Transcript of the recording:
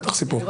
בטח סיפור.